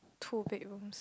two bedrooms